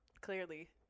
Clearly